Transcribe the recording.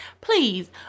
please